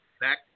back